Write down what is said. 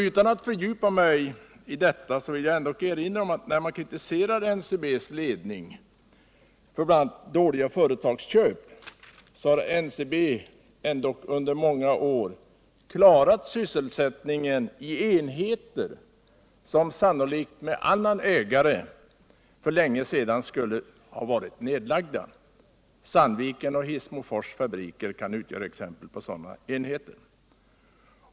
Utan att fördjupa mig i detta vill jag ändock, när man kritiserar NCB:s ledning för bl.a. dåliga företagsköp, erinra om att NCB ändå under många år har klarat sysselsättningen i enheter, som sannolikt med annan ägare för länge sedan skulle ha varit nedlagda. Sandviken och Hissmofors kan utgöra exempel på sådana enheter.